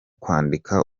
kwandika